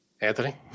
Anthony